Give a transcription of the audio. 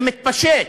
זה מתפשט.